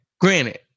Granted